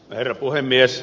herra puhemies